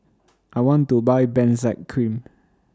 I want to Buy Benzac Cream